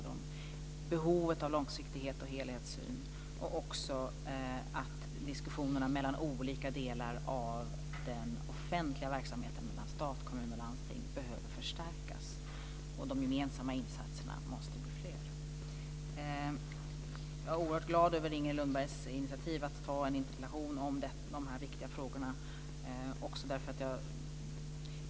Vi ser behovet av långsiktighet och helhetssyn och att diskussionerna mellan olika delar av den offentliga verksamheten - stat, kommuner och landsting - behöver förstärkas. De gemensamma insatserna måste bli fler. Jag är oerhört glad över Inger Lundbergs initiativ att ta en interpellation om de här viktiga frågorna.